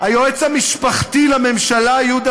היועץ המשפחתי לממשלה יהודה